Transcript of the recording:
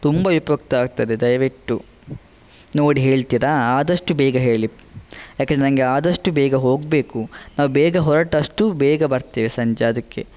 ತುಂಬ ಉಪಯುಕ್ತಾಗ್ತದೆ ದಯವಿಟ್ಟು ನೋಡಿ ಹೇಳ್ತಿರಾ ಆದಷ್ಟು ಬೇಗ ಹೇಳಿ ಯಾಕಂದ್ರೆ ನಂಗೆ ಆದಷ್ಟು ಬೇಗ ಹೋಗಬೇಕು ನಾವು ಬೇಗ ಹೊರಟಷ್ಟು ಬೇಗ ಬರ್ತೇವೆ ಸಂಜೆ ಅದಕ್ಕೆ